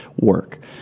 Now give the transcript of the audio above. work